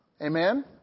Amen